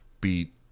beat